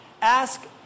ask